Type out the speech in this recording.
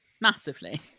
massively